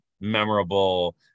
memorable